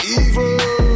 evil